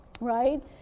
right